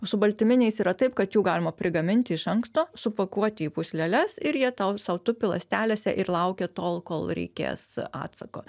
su baltyminiais yra taip kad jų galima prigaminti iš anksto supakuoti į pūsleles ir jie tau sau tupi ląstelėse ir laukia tol kol reikės atsako